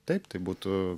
taip tai būtų